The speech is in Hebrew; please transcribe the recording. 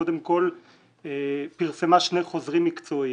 קודם כל פרסמה שני חוזרים מקצועיים,